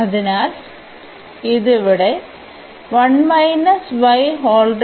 അതിനാൽ ഇത് ഇവിടെ ആണ്